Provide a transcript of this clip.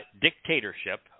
dictatorship